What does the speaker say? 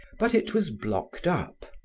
but it was blocked up.